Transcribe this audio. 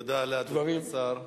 תודה לאדוני השר.